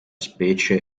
specie